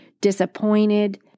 disappointed